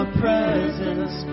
presence